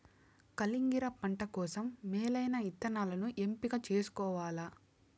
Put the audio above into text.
కలింగర పంట కోసం మేలైన ఇత్తనాలను ఎంపిక చేసుకోవల్ల